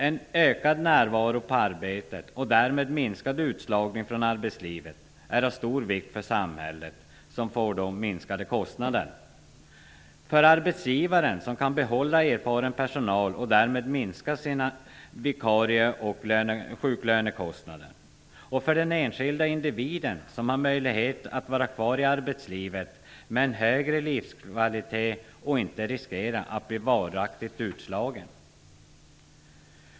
En ökad närvaro på arbetet, och därmed minskad utslagning från arbetslivet är av stor vikt för samhället, som får minskade kostnader, för arbetsgivarna, som kan behålla erfaren personal och därmed minska sina vikarie och sjuklönekostnader och för den enskilde individen, som har möjlighet att vara kvar i arbetslivet med en högre livskvalitet och inte riskerar att bli varaktigt utslagen.